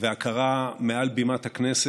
ההכרה מעל בימת הכנסת,